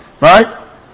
Right